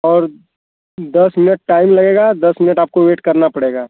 और दस minute time लगेगा दस मिनट आपको वेट करना पड़ेगा